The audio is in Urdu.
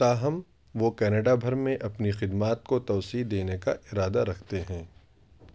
تاہم وہ کینیڈا بھر میں اپنی خدمات کو توسیع دینے کا ارادہ رکھتے ہیں